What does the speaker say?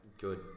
good